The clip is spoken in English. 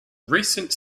recent